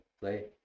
play